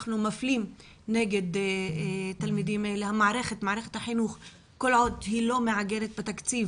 כל עוד מערכת החינוך לא מעגנת תקציב